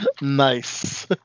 Nice